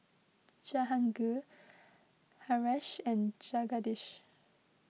Jahangir Haresh and Jagadish